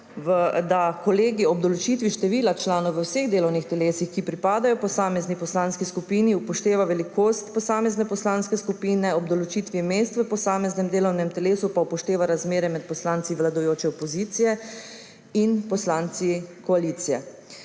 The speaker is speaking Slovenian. da kolegij ob določitvi števila članov v vseh delovnih telesih, ki pripadajo posamezni poslanskih skupini, upošteva velikost posamezne poslanske skupine, ob določitvi mest v posameznem delovnem telesu pa upošteva razmerje med poslanci vladajoče koalicije in poslanci opozicije.